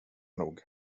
nog